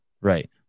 Right